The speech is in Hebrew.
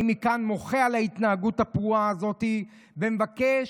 אני מוחה מכאן על ההתנהגות הפרועה הזאת ומבקש,